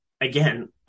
again